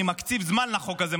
אני מקציב זמן לחוק הזה,